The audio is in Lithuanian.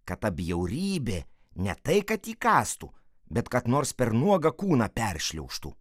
kad ta bjaurybė ne tai kad įkąstų bet kad nors per nuogą kūną peršliaužtų